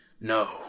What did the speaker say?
No